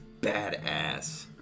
badass